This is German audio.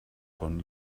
von